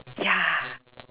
ya